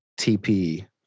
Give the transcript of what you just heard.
TP